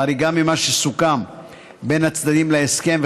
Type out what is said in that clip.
חריגה ממה שסוכם בין הצדדים להסכם,